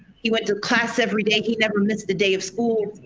he went to class every day. he never missed the day of school.